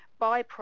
byproduct